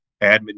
admin